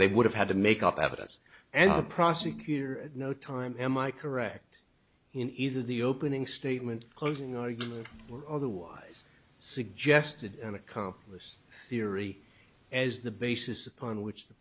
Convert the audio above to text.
they would have had to make up evidence and the prosecutor at no time am i correct in either the opening statement closing argument or otherwise suggested an accomplice theory as the basis upon which the